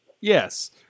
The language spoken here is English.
Yes